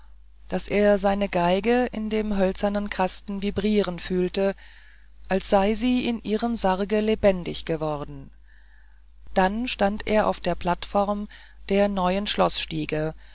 daß er seine geige in dem hölzernen kasten vibrieren fühlte als sei sie in ihrem sarge lebendig geworden dann stand er auf der plattform der neuen